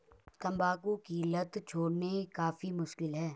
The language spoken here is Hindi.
तंबाकू की लत छोड़नी काफी मुश्किल है